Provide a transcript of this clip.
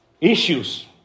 issues